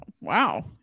wow